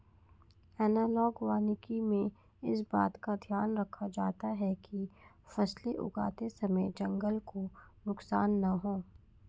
analogue वानिकी में इस बात का ध्यान रखा जाता है कि फसलें उगाते समय जंगल को नुकसान ना हो